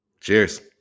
Cheers